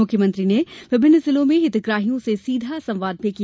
मुख्यमंत्री ने विभिन्न जिलों में हितग्राहियों से सीधा संवाद भी किया